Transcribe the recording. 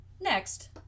Next